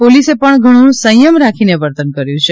પોલીસે પણ ઘણો સંયમ રાખીને વર્તન કર્યું છે